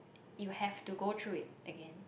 you have to go through it again